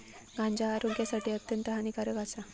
गांजा आरोग्यासाठी अत्यंत हानिकारक आसा